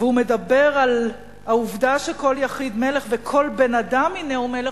והוא מדבר על העובדה שכל יחיד מלך וכל בן-אדם הינהו מלך.